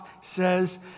says